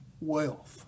wealth